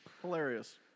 Hilarious